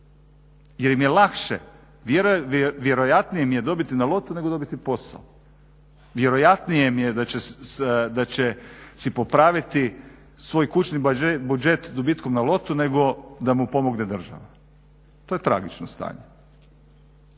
Jer im je lakše, vjerojatnije im je dobiti na lotu nego dobiti posao. Vjerojatnije im je da će si popraviti svoj kućni budžet dobitkom na lotu nego da mu pomogne država, to je tragično stanje.